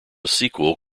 sequel